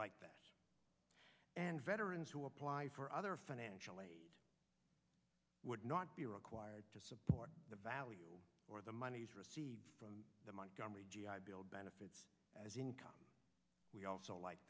best and veterans who apply for other financial aid would not be required to support the value or the monies received from the montgomery g i bill benefits as income we also like